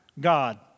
God